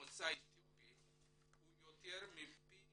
ממוצא אתיופי הוא יותר מפי